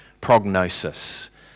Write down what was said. Prognosis